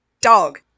dog